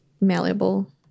malleable